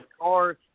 cars